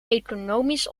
economisch